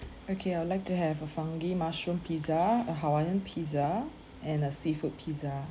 okay I would like to have a fungi mushroom pizza a hawaiian pizza and a seafood pizza